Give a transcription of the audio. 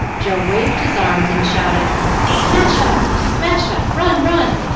joe waved his arms and shouted smash-up! smash-up! run! run!